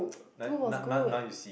like now now now you see